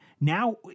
Now